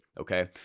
Okay